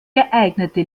geeignete